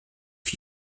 für